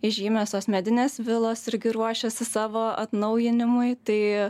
įžymiosios medinės vilos irgi ruošiasi savo atnaujinimui tai